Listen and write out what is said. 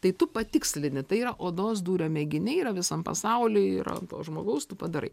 tai tu patikslini tai yra odos dūrio mėginiai yra visam pasauly yra žmogaus tu padarai